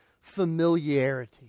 familiarity